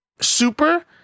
super